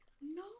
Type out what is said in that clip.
No